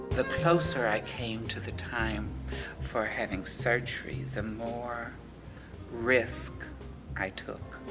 the closer i came to the time for having surgery, the more risks i took.